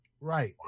Right